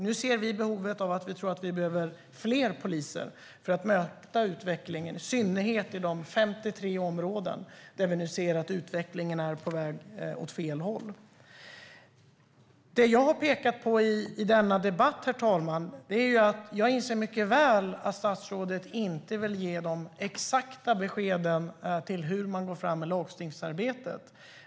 Nu ser vi behovet av fler poliser för att möta utvecklingen, i synnerhet i de 53 områden där vi nu ser att utvecklingen är på väg åt fel håll. Jag inser mycket väl att statsrådet inte vill ge exakta besked om hur man går fram med lagstiftningsarbetet.